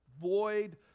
void